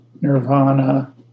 Nirvana